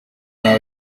nabi